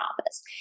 office